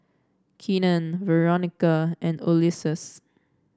Keenen Veronica and Ulysses